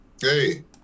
Hey